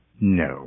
No